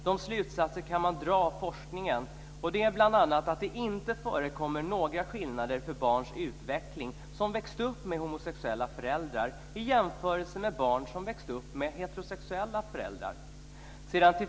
De slutsatser man kan dra av forskningen är bl.a. att det inte förekommer några skillnader i utveckling mellan barn som växt upp med homosexuella föräldrar och barn som växt upp med heterosexuella föräldrar.